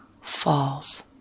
falls